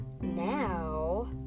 now